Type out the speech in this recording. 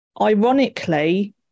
Ironically